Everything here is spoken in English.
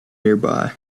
nearby